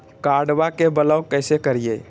कार्डबा के ब्लॉक कैसे करिए?